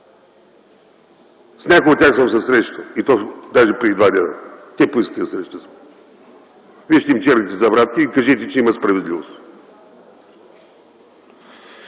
С някои от тях съм се срещал даже и преди два дни. Те поискаха среща с мен. Вижте им черните забрадки и кажете, че има справедливост.